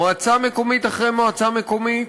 מועצה מקומית אחרי מועצה מקומית,